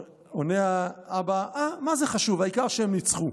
עונה האבא: אהה, מה זה חשוב, העיקר שהם ניצחו.